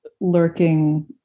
lurking